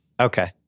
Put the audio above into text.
Okay